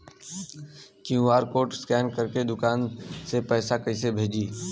QR code scan करके दुकान में पैसा कइसे भेजी?